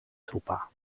trupa